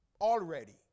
Already